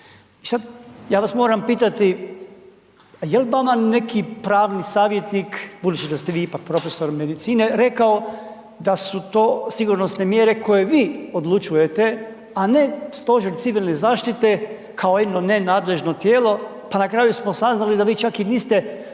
I sada ja vas moram pitati, jel vama neki pravni savjetnik, budući da ste vi ipak profesor medicine, rekao da su to sigurnosne mjere koje vi odlučujete, a ne Stožer civilne zaštite kao jedno nenadležno tijelo, pa na kraju smo saznali da vi čak i niste